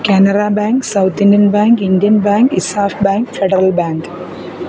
Canara bank South Indian bank Indian bank ESAF bank Federal bank